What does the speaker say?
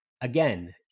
again